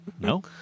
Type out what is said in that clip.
no